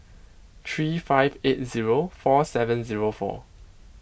three five eight zero four seven zero four